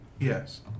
Yes